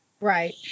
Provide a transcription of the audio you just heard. Right